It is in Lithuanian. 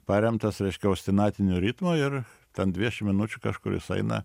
paremtas reiškia ostinatiniu ritmu ir ten dvidešim minučių kažkur jis eina